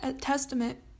Testament